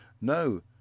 no